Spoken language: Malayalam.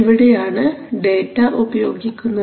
ഇവിടെയാണ് ഡേറ്റ ഉപയോഗിക്കുന്നത്